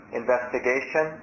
investigation